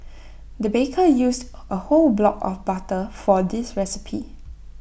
the baker used A whole block of butter for this recipe